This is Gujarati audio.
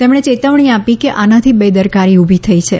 તેમણે ચેતવણી આપી કે આનાથી બેદરકારી ઉભી થઈ છે